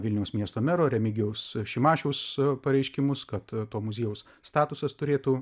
vilniaus miesto mero remigijaus šimašiaus pareiškimus kad to muziejaus statusas turėtų